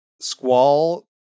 Squall